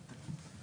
מעט יותר.